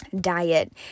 diet